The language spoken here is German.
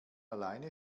alleine